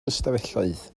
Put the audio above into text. ystafelloedd